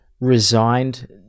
resigned